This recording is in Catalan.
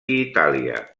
itàlia